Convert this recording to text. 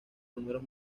números